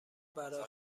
برا